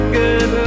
good